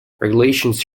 regulations